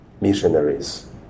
missionaries